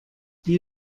wie